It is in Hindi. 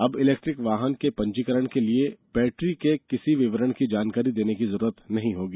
अब इलेक्ट्रिक वाहन के पंजीकरण के लिए बैटरी के किसी विवरण की जानकारी देने की जरूरत नहीं होगी